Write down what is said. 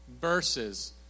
verses